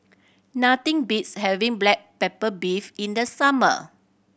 nothing beats having black pepper beef in the summer